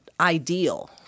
ideal